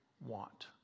want